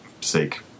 sake